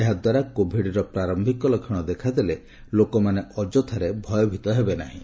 ଏହାଦ୍ୱାରା କୋବିଡ୍ର ପ୍ରାରମ୍ଭିକ ଲକ୍ଷଣ ଦେଖାଦେଲେ ଲୋକମାନେ ଅଯଥାରେ ଭୟଭୀତ ହେବେନାହିଁ